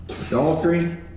Adultery